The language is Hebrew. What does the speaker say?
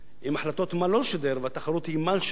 עם החלטות מה לא לשדר, והתחרות היא מה לשדר,